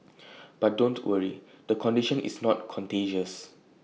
but don't worry the condition is not contagious